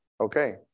okay